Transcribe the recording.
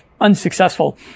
unsuccessful